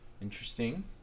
Interesting